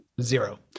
zero